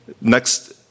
Next